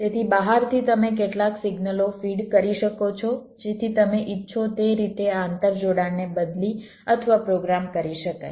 તેથી બહારથી તમે કેટલાક સિગ્નલો ફીડ કરી શકો છો જેથી તમે ઇચ્છો તે રીતે આ આંતરજોડાણને બદલી અથવા પ્રોગ્રામ કરી શકાય